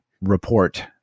report